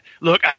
look